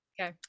Okay